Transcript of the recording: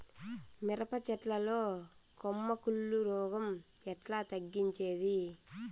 మిరప చెట్ల లో కొమ్మ కుళ్ళు రోగం ఎట్లా తగ్గించేది?